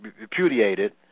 repudiated